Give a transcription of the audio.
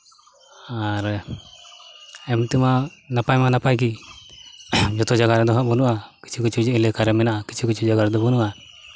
ᱟᱨ ᱮᱢᱱᱤᱛᱮᱢᱟ ᱱᱟᱯᱟᱭ ᱢᱟ ᱱᱟᱯᱟᱭ ᱜᱮ ᱡᱚᱛᱚ ᱡᱟᱭᱜᱟ ᱨᱮᱫᱚ ᱦᱟᱸᱜ ᱵᱟᱹᱱᱩᱜᱼᱟ ᱠᱤᱪᱷᱩ ᱠᱤᱪᱷᱩ ᱮᱞᱮᱠᱷᱟ ᱨᱮᱫᱚ ᱢᱮᱱᱟᱜᱼᱟ ᱠᱤᱪᱷᱩ ᱠᱤᱪᱷᱩ ᱡᱟᱭᱜᱟ ᱨᱮᱫᱚ ᱵᱟᱹᱱᱩᱜᱼᱟ